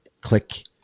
click